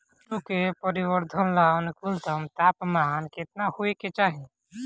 कीटो के परिवरर्धन ला अनुकूलतम तापमान केतना होए के चाही?